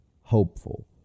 Hopeful